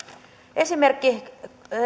esimerkki